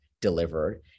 delivered